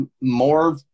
more